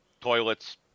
toilets